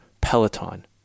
Peloton